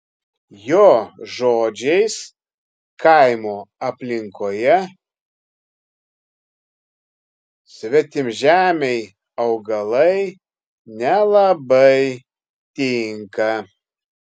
jo žodžiais kaimo aplinkoje svetimžemiai augalai nelabai tinka